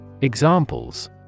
Examples